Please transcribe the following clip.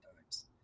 times